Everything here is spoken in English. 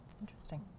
Interesting